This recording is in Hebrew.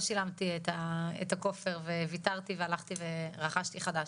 שילמתי את הכופר וויתרתי והלכתי רכשתי חדש.